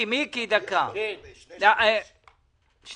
אם